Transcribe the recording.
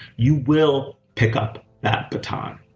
you will pick up that baton.